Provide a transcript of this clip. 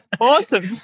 Awesome